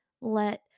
let